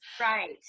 Right